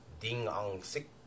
ding-ang-sik